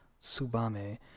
subame